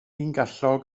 ungellog